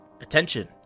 Attention